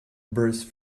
burst